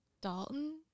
Dalton